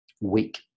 weak